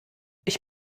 ich